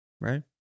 right